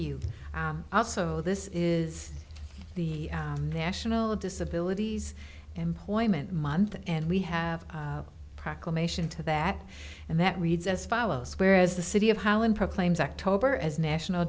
you also this is the national disability employment month and we have a proclamation to that and that reads as follows whereas the city of holland proclaims october as national